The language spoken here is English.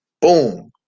boom